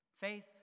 Faith